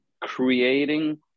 creating